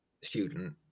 student